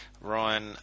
Ryan